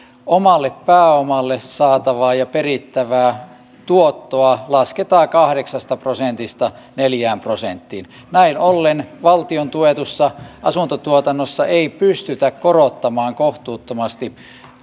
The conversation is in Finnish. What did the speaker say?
omalle pääomalle saatavaa ja perittävää tuottoa lasketaan kahdeksasta prosentista neljään prosenttiin näin ollen valtion tuetussa asuntotuotannossa ei pystytä korottamaan kohtuuttomasti